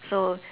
so